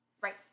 Right